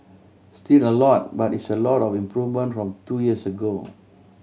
still a lot but it's a lot of improvement from two years ago